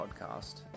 podcast